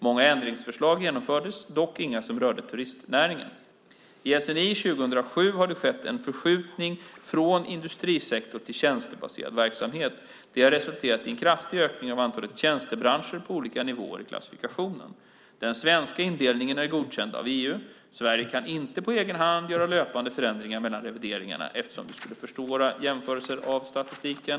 Många ändringsförslag framfördes, dock inga som rörde turistnäringen. I SNI 2007 har det skett en förskjutning från industrisektorn till tjänstebaserad verksamhet. Det har resulterat i en kraftig ökning av antalet tjänstebranscher på olika nivåer i klassifikationen. Den svenska indelningen är godkänd av EU. Sverige kan inte på egen hand göra löpande förändringar mellan revideringarna eftersom det skulle försvåra jämförelser av statistiken.